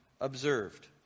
observed